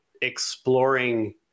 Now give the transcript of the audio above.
exploring